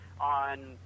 on